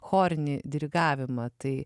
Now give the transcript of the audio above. chorinį dirigavimą tai